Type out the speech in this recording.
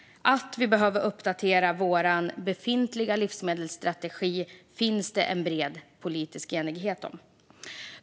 Att vi behöver uppdatera vår befintliga livsmedelsstrategi finns det en bred politisk enighet om.